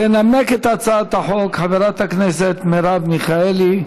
תנמק את הצעת החוק חברת הכנסת מרב מיכאלי.